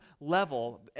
level